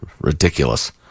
Ridiculous